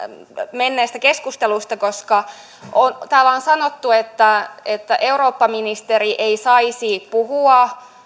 menneestä keskustelusta koska täällä on sanottu että että eurooppaministeri ei saisi puhua